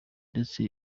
ndetse